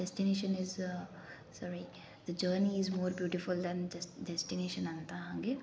destination is sorry the journey is more beautiful than just destination ಅಂತ ಹಂಗೆ